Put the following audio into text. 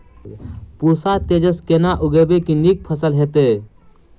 पूसा तेजस केना उगैबे की नीक फसल हेतइ?